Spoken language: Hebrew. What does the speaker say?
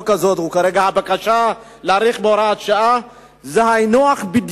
הבקשה להאריך את הוראת השעה היא היינו הך,